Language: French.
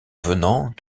venant